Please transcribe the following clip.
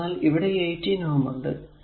എന്തെന്നാൽ ഇവിടെ ഈ 18 Ω ഉണ്ട്